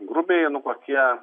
grubiai kokie